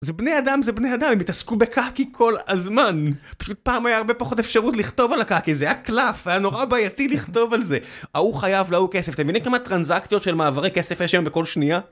זה בני אדם, זה בני אדם, הם יתעסקו בקקי כל הזמן! פשוט פעם היה הרבה פחות אפשרות לכתוב על הקקי, זה היה קלף, היה נורא בעייתי לכתוב על זה. ההוא חייב להוא כסף, אתם מבינים כמה טרנזקציות של מעברי כסף יש היום בכל שנייה?